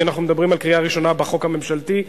כי אנחנו מדברים על קריאה ראשונה בחוק הממשלתי,